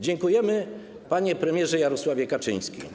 Dziękujemy, panie premierze Jarosławie Kaczyński.